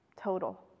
total